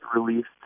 released